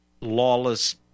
lawless